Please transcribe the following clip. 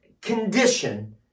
condition